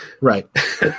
right